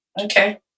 okay